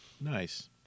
Nice